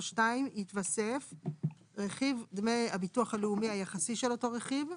או (2) יתוסף רכיב דמי הביטוח הלאומי היחסי של אותו רכיב.